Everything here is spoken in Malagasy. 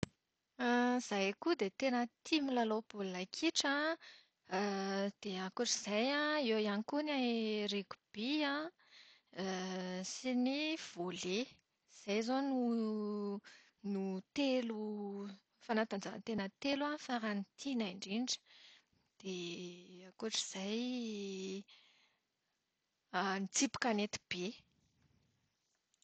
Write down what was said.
Zahay koa dia tena tia milalao baolina kitra an, dia ankoatr'izay, eo ihany koa ny ringoby an sy ny voley. Izay izao no telo fanatanjahan-tena telo faran'ny tianay indrindra. Dia ny ankoatr'izay ny tsipy kanety be.